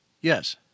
Yes